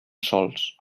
sols